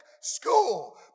School